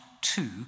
two